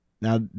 now